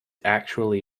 actually